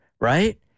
right